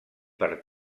per